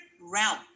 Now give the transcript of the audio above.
realm